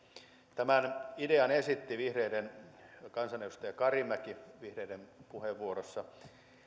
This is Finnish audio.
tämän idean esitti vihreiden kansanedustaja karimäki vihreiden puheenvuorossa